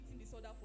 disorder